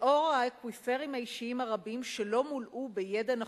לאור האקוויפרים האישיים הרבים שלא מולאו בידע נחוץ,